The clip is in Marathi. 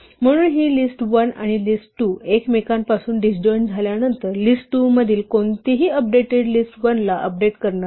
म्हणून ही लिस्ट 1 आणि लिस्ट 2 एकमेकांपासून डिस्जॉईन्ट झाल्यानंतर लिस्ट 2 मधील कोणतीही अपडेटेड लिस्ट 1 ला अपडेट करणार नाही